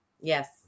Yes